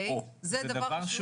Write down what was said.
זה דבר חשוב,